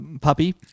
puppy